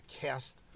cast